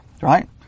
Right